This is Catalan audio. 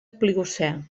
pliocè